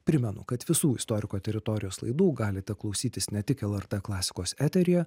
primenu kad visų istoriko teritorijos laidų galite klausytis ne tik lrt klasikos eteryje